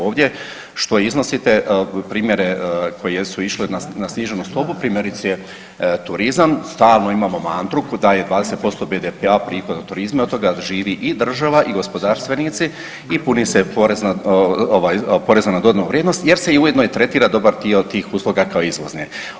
Ovdje što iznosite primjere koji jesu išli na sniženu stopu primjerice turizam, stalno imamo mantru da je 20% BDP-a prihod od turizma i od toga živi i država i gospodarstvenici i puni se porezna ovaj PDV jer se i ujedno i tretira dobar dio tih usluga kao izvozne.